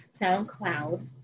SoundCloud